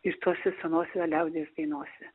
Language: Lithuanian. ir tose senose liaudies dainose